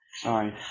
Sorry